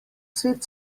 cvet